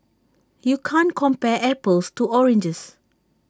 you can't compare apples to oranges